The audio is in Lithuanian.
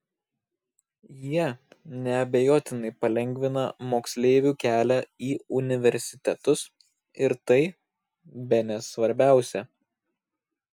jie neabejotinai palengvina moksleivių kelią į universitetus ir tai bene svarbiausia